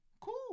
cool